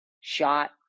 shot